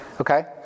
Okay